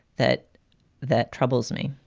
that that troubles me